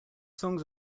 songs